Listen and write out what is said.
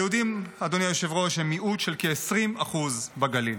היהודים הם מיעוט של כ-20% בגליל.